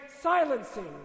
silencing